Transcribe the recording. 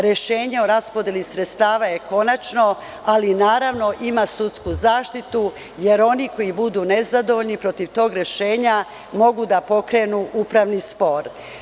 Rešenja o raspodeli sredstava je konačno, ali, naravno, ima sudsku zaštitu, jer oni koji budu nezadovoljni protiv tog rešenja mogu da pokrenu upravni spor.